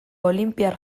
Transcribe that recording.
olinpiar